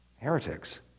heretics